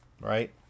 right